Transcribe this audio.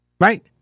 right